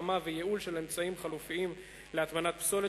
הקמה וייעול של אמצעים חלופיים להטמנת פסולת